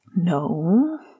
No